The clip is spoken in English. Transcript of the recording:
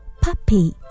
puppy